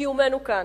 לקיומנו כאן.